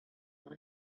life